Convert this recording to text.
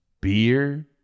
beer